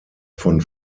von